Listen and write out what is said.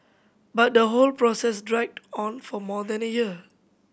but the whole process dragged on for more than a year